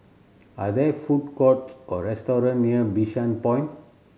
are there food courts or restaurant near Bishan Point